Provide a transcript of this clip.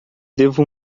devo